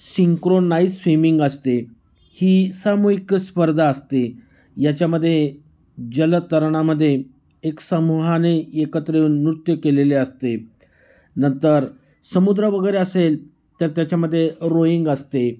synchronise swimming असते ही सामूहिक स्पर्धा असते याच्यामध्ये जलतरणामध्ये एक समूहाने एकत्र येऊन नृत्य केलेले असते नंतर समुद्र वगैरे असेल तर त्याच्यामध्ये रोईंग असते